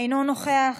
אינו נוכח,